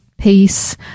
peace